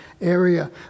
area